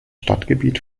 stadtgebiet